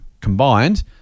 combined